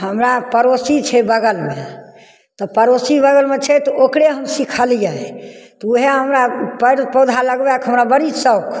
हमरा पड़ोसी छै बगलमे तऽ पड़ोसी बगलमे छै तऽ ओकरे हम सिखलिए तऽ वएह हमरापर पौधा लगबैके हमरा बड़ सौख